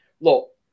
look